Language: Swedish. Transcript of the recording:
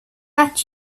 att